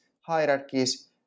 hierarchies